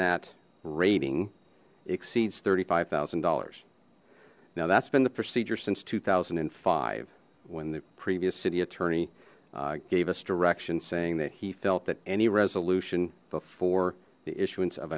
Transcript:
that rating exceeds thirty five thousand dollars now that's been the procedure since two thousand and five the previous city attorney gave us direction saying that he felt that any resolution before the issuance of